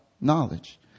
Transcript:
knowledge